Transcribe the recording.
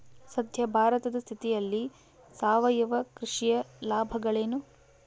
ಸದ್ಯ ಭಾರತದ ಸ್ಥಿತಿಯಲ್ಲಿ ಸಾವಯವ ಕೃಷಿಯ ಲಾಭಗಳೇನು?